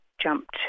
jumped